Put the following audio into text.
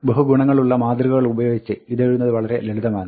ബഹുഗുണമുള്ള മാതൃകകളുപയോഗിച്ച് ഇതെഴുതുന്നത് വളരെ ലളിതമാണ്